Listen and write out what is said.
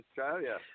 Australia